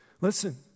Listen